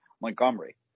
Montgomery